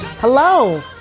Hello